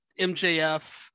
MJF